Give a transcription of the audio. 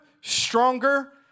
stronger